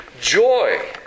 joy